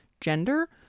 gender